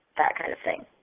that kind of thing.